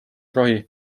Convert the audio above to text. rohi